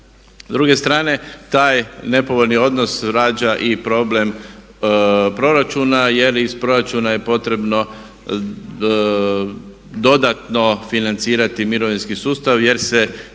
S druge strane taj nepovoljni odnos rađa i problem proračuna jer iz proračuna je potrebno dodatno financirati mirovinski sustav jer se